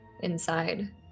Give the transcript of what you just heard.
inside